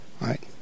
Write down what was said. Right